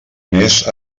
més